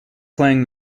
playing